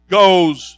goes